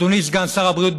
אדוני סגן שר הבריאות,